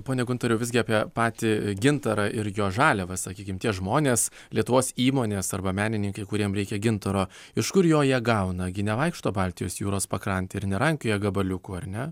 pone guntoriau visgi apie patį gintarą ir jo žaliavą sakykim tie žmonės lietuvos įmonės arba menininkai kuriem reikia gintaro iš kurio jie gauna gi nevaikšto baltijos jūros pakrante ir nerankioja gabaliukų ar ne